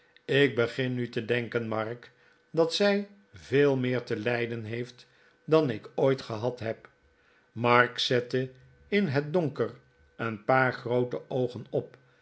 ik begin nu te denken mark dat zij veel meer te lijden heeft dan ik ooit gehad heb mark zette in het donker een paar groote oogen op